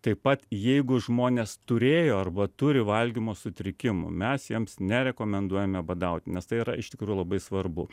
taip pat jeigu žmonės turėjo arba turi valgymo sutrikimų mes jiems nerekomenduojame badaut nes tai yra iš tikrųjų labai svarbu